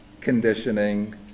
conditioning